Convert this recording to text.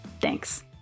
Thanks